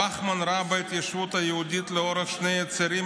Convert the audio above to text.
וכמן ראה בהתיישבות היהודית לאורך שני הצירים